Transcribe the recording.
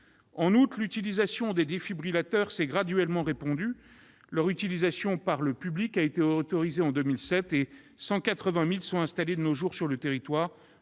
En outre, l'utilisation des défibrillateurs s'est graduellement répandue. Leur utilisation par le public a été autorisée en 2007, et 180 000 appareils sont installés à ce jour sur le territoire.